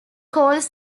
calls